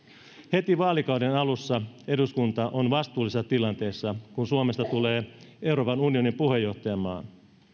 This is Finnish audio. heti vaalikauden alussa eduskunta on vastuullisessa tilanteessa kun suomesta tulee euroopan unionin puheenjohtajamaa